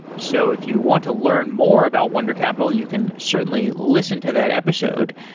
so if you want to learn more about wunder capital, you can certainly listen to that episode.